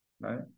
Right